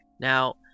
Now